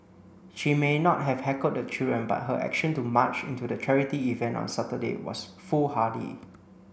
she may not have heckled the children but her action to march into the charity event on Saturday was foolhardy